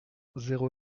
zéro